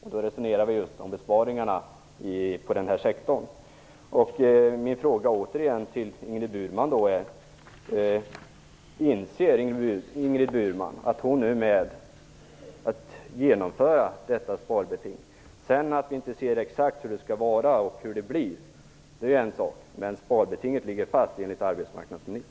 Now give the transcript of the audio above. Min fråga till Ingrid Burman är då återigen: Inser Ingrid Burman att hon nu är med på att genomföra detta sparbeting? Att vi sedan inte vet exakt hur det blir är en sak, men enligt arbetsmarknadsministern ligger sparbetinget fast.